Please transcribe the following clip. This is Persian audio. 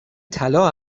طلا